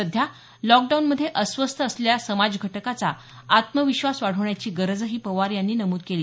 सध्या लॉकडाऊनमध्ये अस्वस्थ असलेल्या समाजघटकाचा आत्मविश्वास वाढवण्याची गरजही पवार यांनी नमूद केली